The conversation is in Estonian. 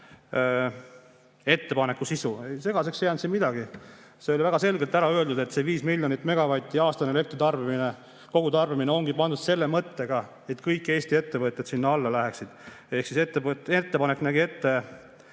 ettepaneku sisu. Ei, segaseks ei jäänud siin midagi. See oli väga selgelt ära öeldud, et see 5 miljonit megavatti aastane elektritarbimine, kogutarbimine, ongi pandud selle mõttega, et kõik Eesti ettevõtted sinna alla läheksid. Ettepanek nägi ette